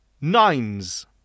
Nines